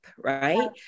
Right